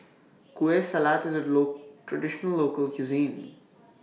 Kueh Salat IS A Low Traditional Local Cuisine